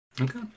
Okay